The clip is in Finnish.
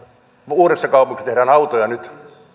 uudessakaupungissa tehdään autoja nyt